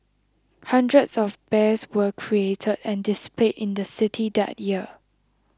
hundreds of bears were created and displayed in the city that year